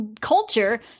culture